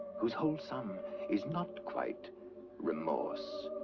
whose whole sum is not quite remorse,